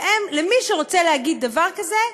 להם, למי שרוצה להגיד דבר כזה,